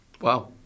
Wow